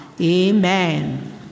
Amen